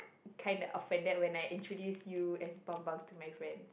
kind of offended when I introduce you as Bambang to my friend